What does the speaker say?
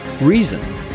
reason